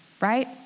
right